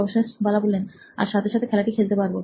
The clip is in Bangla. প্রফেসর বালা আর সাথে সাথে খেলাটি খেলতে পারব